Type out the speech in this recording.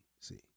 see